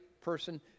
person